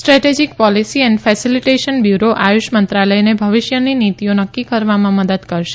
strategic policy and facilitation bureau Ayush મંત્રાલયને ભવિષ્યની નીતિઓ નક્કી કરવામાં મદદ કરશે